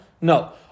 No